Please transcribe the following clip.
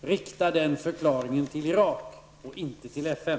Rikta den förklaringen till Irak och inte till FN!